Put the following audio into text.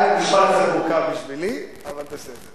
זה נשמע קצת מורכב בשבילי, אבל בסדר.